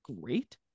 great